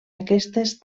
aquestes